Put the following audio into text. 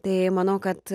tai manau kad